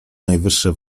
najwyższe